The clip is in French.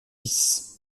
dix